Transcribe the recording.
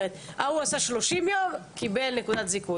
ההוא עשו 30 יום - קיבל נקודת זיכוי.